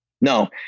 No